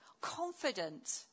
Confident